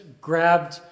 grabbed